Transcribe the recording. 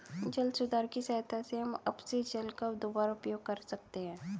जल सुधार की सहायता से हम अपशिष्ट जल का दुबारा उपयोग कर सकते हैं